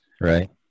right